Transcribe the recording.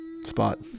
spot